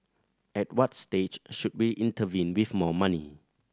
at what stage should we intervene with more money